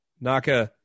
Naka